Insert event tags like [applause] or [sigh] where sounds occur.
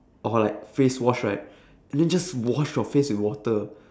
or like face wash right [breath] and then just wash your face with water